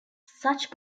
such